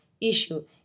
issue